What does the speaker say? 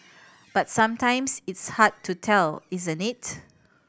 but sometimes it's hard to tell isn't it